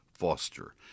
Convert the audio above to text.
Foster